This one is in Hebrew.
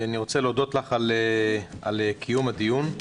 אני רוצה להודות לך על קיום הדיון.